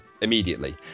Immediately